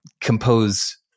compose